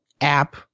app